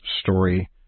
story